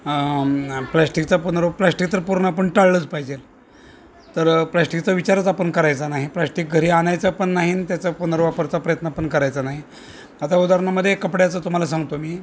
प्लाॅस्टिकचा पुनरव प्लास्टिक तर पूर्ण आपण टाळलंच पाहिजे तर प्लाॅस्टिकचा विचारच आपण करायचा नाही प्लाॅस्टिक घरी आणायचं पण नाही त्याचा पुनर्वापरचा प्रयत्न पण करायचा नाही आता उदाहरणामध्ये कपड्याचं तुम्हाला सांगतो मी